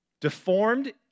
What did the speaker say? Deformed